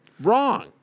Wrong